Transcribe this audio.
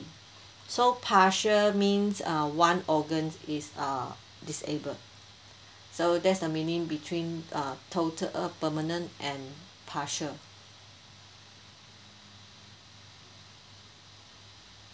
so partial means uh one organs is uh disabled so that's the meaning between uh total permanent and partial